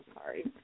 Sorry